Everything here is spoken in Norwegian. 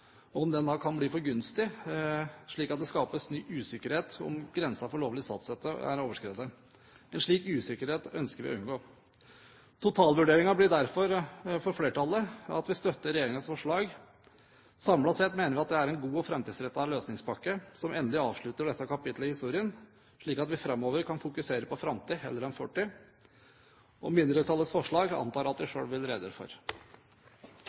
kan bli for gunstig, slik at det skapes ny usikkerhet om hvorvidt grensen for lovlig statsstøtte er overskredet. En slik usikkerhet ønsker vi å unngå. Flertallets totalvurdering blir dermed at vi støtter regjeringens forslag. Samlet sett mener vi det er en god og framtidsrettet løsningspakke som endelig avslutter dette kapitlet i historien, slik at vi framover kan fokusere på framtid heller enn på fortid. Mindretallets forslag antar jeg at mindretallet selv vil redegjøre for.